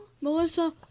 Melissa